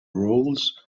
roles